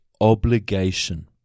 obligation